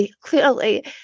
Clearly